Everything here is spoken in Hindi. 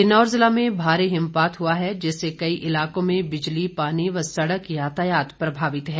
किन्नौर जिला में भारी हिमपात हुआ है जिससे कई इलाकों में बिजली पानी सड़क यातायात प्रभावित है